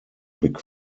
big